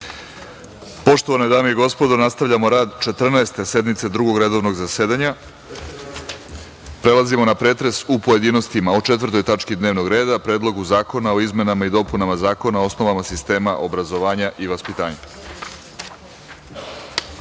Poštovane dame i gospodo, nastavljamo rad Četrnaeste sednice Drugog redovnog zasedanja. Prelazimo na pretres u pojedinostima o 4. tački dnevnog reda - Predlogu zakona o izmenama i dopunama Zakona o osnovama sistema obrazovanja i vaspitanju. Saglasno